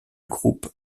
groupe